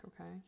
Okay